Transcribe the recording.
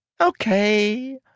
Okay